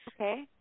Okay